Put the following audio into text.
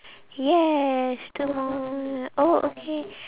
yes two more oh okay